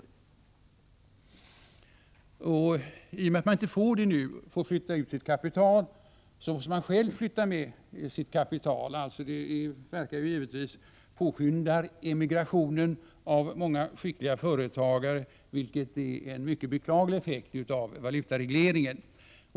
I och med att det inte är tillåtet för en person att föra ut sitt kapital måste vederbörande så att säga flytta tillsammans med detta. Detta förhållande påskyndar givetvis emigrationen av många skickliga företagare, vilket är en mycket beklaglig effekt av valutaregleringen.